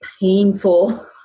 painful